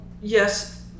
Yes